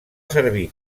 servir